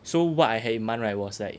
so what I had in mind right was like